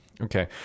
Okay